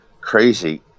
Crazy